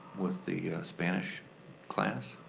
with the spanish class.